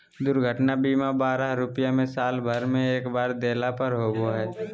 दुर्घटना बीमा बारह रुपया में साल भर में एक बार देला पर होबो हइ